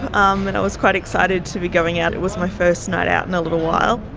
um and i was quite excited to be going out. it was my first night out in a little while.